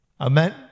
Amen